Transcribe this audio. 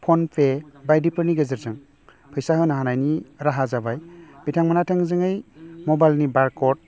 पन पे बायदिफोरनि गेजेरजों फैसा होनो हानायनि राहा जाबाय बिथांमोनहा थोंजोङै मबाइलनि बार कर्ड